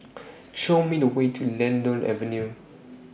Show Me The Way to Lentor Avenue